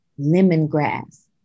lemongrass